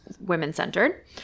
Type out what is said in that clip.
women-centered